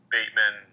Bateman